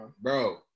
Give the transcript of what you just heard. Bro